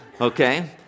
okay